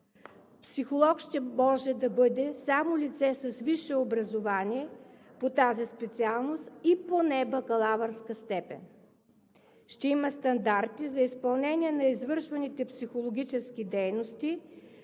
психолог ще може да бъде само лице с висше образование по тази специалност и поне бакалавърска степен, ще има стандарти за изпълнение на извършваните психологически дейности,